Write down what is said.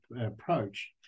approach